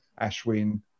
Ashwin